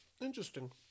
Interesting